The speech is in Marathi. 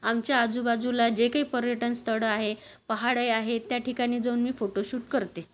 आमच्या आजूबाजूला जे काही पर्यटन स्थळं आहे पहाडे आहे त्या ठिकाणी जाऊन मी फोटो शूट करते